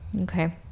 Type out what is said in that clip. Okay